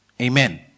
Amen